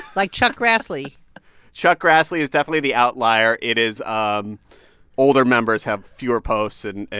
like chuck grassley chuck grassley is definitely the outlier. it is um older members have fewer posts. and.